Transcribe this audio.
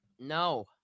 No